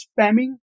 spamming